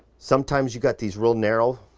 sometimes you got these real narrow